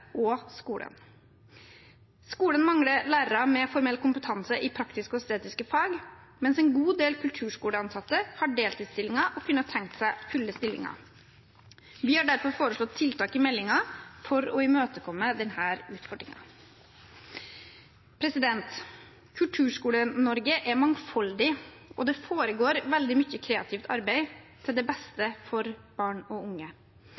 og skolen. Skolen mangler lærere med formell kompetanse i praktiske og estetiske fag, mens en god del kulturskoleansatte har deltidsstillinger og kunne tenke seg fulle stillinger. Vi har derfor foreslått tiltak i meldingen for å imøtekomme denne utfordringen. Kulturskole-Norge er mangfoldig, og det foregår mye kreativt arbeid til beste for barn og unge.